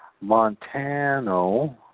Montano